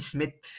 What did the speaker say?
Smith